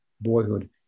boyhood